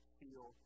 feel